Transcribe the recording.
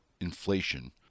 inflation